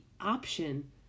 option